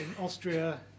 Austria